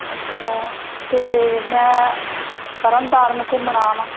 ਅੱਛਾ ਅਤੇ ਮੈਂ ਤਰਨ ਤਾਰਨ ਘੁੰਮਣਾ ਵਾ